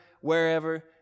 wherever